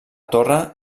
torre